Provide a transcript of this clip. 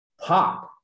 pop